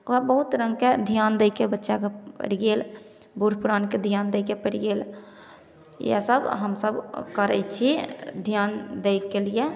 हुआँ बहुत रंगके ध्यान बच्चा सब कए पड़ि गेल बूढ़ पुरान कए ध्यान दय के पड़ि गेल इएह सब हमसब करय छी ध्यान केलिए